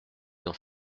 dans